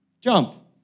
Jump